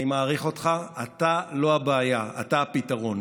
אני מעריך אותך, אתה לא הבעיה, אתה הפתרון,